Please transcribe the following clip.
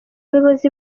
bayobozi